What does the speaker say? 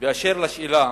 באשר לשאלה